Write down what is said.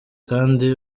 kandi